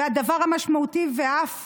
והדבר המשמעותי ואף